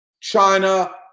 China